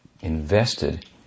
Invested